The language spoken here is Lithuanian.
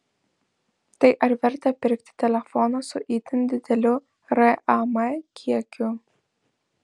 tai ar verta pirkti telefoną su itin dideliu ram kiekiu